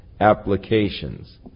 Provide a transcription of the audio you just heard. applications